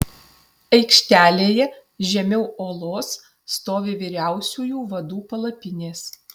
aikštelėje žemiau olos stovi vyriausiųjų vadų palapinės